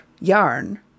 yarn